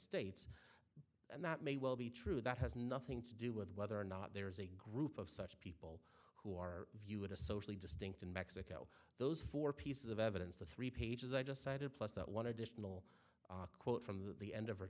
states and that may well be true that has nothing to do with whether or not there is a group of such people who are view it as socially distinct in mexico those four pieces of evidence the three pages i just cited plus that one additional quote from the end of her